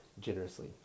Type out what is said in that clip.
generously